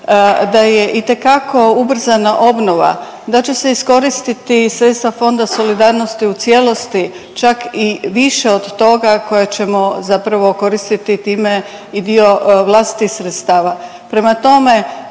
da je itekako ubrzana obnova, da će se iskoristiti sredstva Fonda solidarnosti u cijelosti čak i više od toga koja ćemo zapravo koristiti time i dio vlastitih sredstava. Prema tome,